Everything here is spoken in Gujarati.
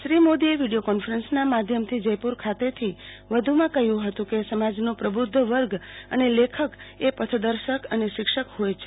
શ્રી મોદીએ વીડિયો કોન્ફરન્સના માધ્યમથી જયપુર ખાતેથી વધુમાં કર્યું હતું કે સમાજનો પ્રબુધ્ધ વર્ગ અને લેખક એ પથદર્શક અને શિક્ષક હોય છે